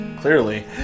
Clearly